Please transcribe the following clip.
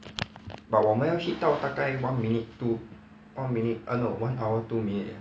but 我们要 hit 到大概 one minute two one minute err no one hour two minutes eh